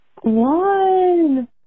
One